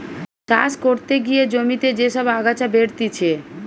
চাষ করতে গিয়ে জমিতে যে সব আগাছা বেরতিছে